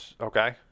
Okay